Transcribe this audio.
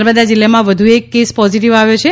નર્મદા જિલ્લામાં વધુ એક કેસ પોઝીટીવ આવ્યો છે